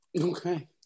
Okay